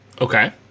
Okay